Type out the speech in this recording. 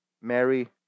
Mary